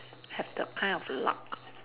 have the kind of luck mm